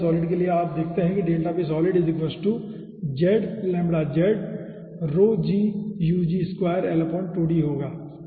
delta p solid के लिए आप देखते हैं कि यह होगा